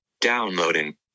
downloading